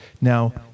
Now